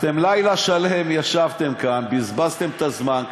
היום אתם לילה שלם ישבתם כאן, בזבזתם את הזמן.